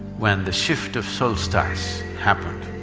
when the shift of solstice happened,